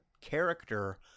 character